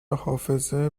حافظه